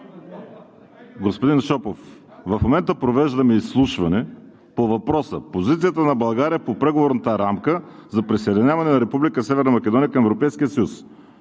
Господин Шопов, в момента провеждаме изслушване по въпроса: „Позицията на България по преговорната рамка за присъединяване на Република Северна Македония към Европейския съюз“.